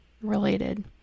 related